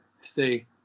stay